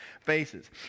faces